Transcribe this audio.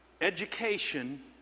Education